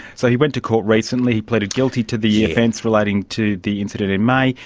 so he went to court recently, he pleaded guilty to the offence relating to the incident in may.